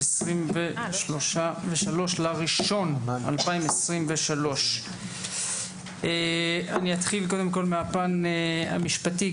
23 לינואר 2023. אתחיל מהפן המשפטי.